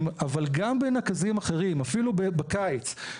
גם בנקזים אחרים אפילו בקיץ,